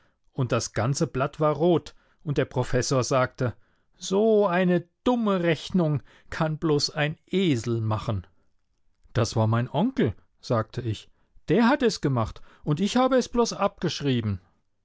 und das ganze blatt war rot und der professor sagte so eine dumme rechnung kann bloß ein esel machen das war mein onkel sagte ich der hat es gemacht und ich habe es bloß abgeschrieben